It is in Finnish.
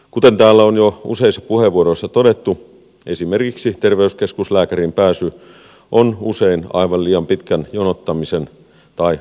kuten täällä on jo useissa puheenvuoroissa todettu esimerkiksi terveyskeskuslääkäriin pääsy on usein aivan liian pitkän jonottamisen tai odottamisen takana